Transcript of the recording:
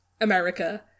America